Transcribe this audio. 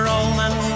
Roman